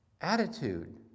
attitude